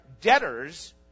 debtors